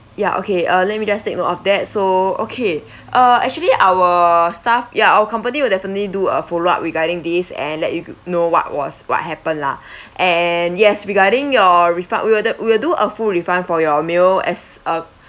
ya okay uh let me just take note of that so okay uh actually our staff ya our company will definitely do a follow up regarding this and let you know what was what happen lah and yes regarding your refund we will do will do a full refund for your meal as a